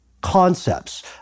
concepts